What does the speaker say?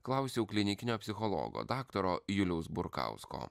klausiau klinikinio psichologo daktaro juliaus burkausko